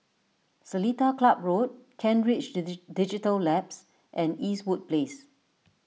Seletar Club Road Kent Ridge Digital Labs and Eastwood Place